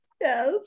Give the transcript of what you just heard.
yes